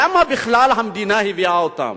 למה בכלל המדינה הביאה אותם?